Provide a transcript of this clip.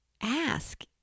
ask